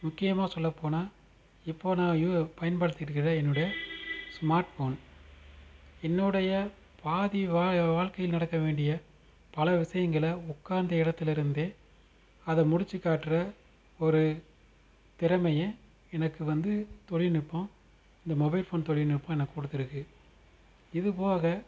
முக்கியமாக சொல்லப்போனால் இப்போது நான் யூ பயன்படுத்திகிட்டுக்குற என்னுடைய ஸ்மார்ட்ஃபோன் என்னுடைய பாதி வா வாழ்க்கைல நடக்க வேண்டிய பல விஷயங்களை உக்காந்த இடத்துல இருந்தே அதை முடித்து காட்டுற ஒரு திறமையை எனக்கு வந்து தொழில்நுட்பம் இந்த மொபைல் ஃபோன் தொழில்நுட்பம் எனக்கு கொடுத்துருக்கு இதுப்போக